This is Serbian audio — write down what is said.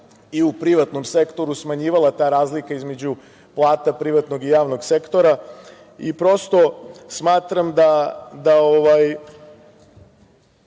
i u privatnom sektoru smanjivala ta razlika između plata privatnog i javnog sektora i prosto smatram da